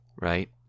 Right